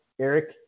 Eric